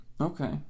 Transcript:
Okay